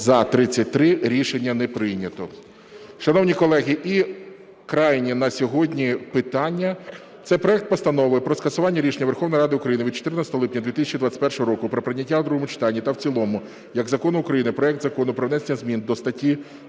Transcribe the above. За-33 Рішення не прийнято. Шановні колеги, і крайнє на сьогодні питання – це проект Постанови про скасування рішення Верховної Ради України від 14 липня 2021 року про прийняття у другому читанні та в цілому як закону України проекту Закону про внесення змін до статті